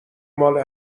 مال